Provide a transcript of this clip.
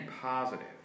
positive